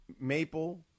maple